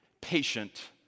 patient